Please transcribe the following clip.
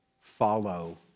follow